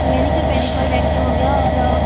manicure pedicure waxing हो गया और